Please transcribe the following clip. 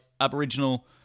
Aboriginal